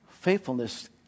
faithfulness